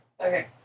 Okay